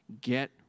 Get